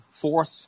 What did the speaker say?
fourth